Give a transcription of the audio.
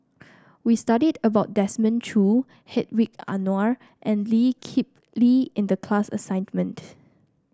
we studied about Desmond Choo Hedwig Anuar and Lee Kip Lee in the class assignment